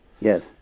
Yes